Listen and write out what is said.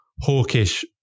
hawkish